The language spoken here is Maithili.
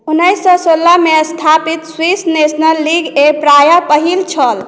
उन्नैस सए सोलहमे स्थापित स्विस नेशनल लीग ए प्राय पहिल छल